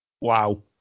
wow